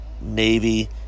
Navy